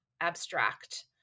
abstract